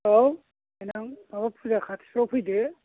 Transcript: औ दे नों माबा फुजा खाथिफ्राव फैदो